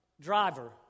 driver